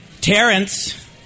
Terrence